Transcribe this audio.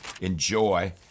enjoy